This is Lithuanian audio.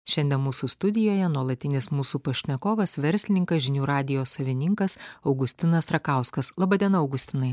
šiandien mūsų studijoje nuolatinis mūsų pašnekovas verslininkas žinių radijo savininkas augustinas rakauskas laba diena augustinai